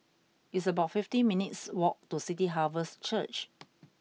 it's about fifty minutes' walk to City Harvest Church